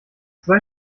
zwei